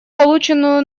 полученную